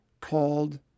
called